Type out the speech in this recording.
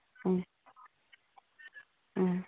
ꯎꯝ ꯎꯝ